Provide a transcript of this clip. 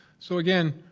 so again,